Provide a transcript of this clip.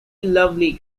lovely